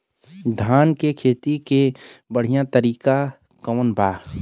धान के खेती के बढ़ियां तरीका कवन बा?